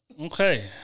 Okay